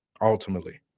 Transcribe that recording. ultimately